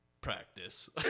Practice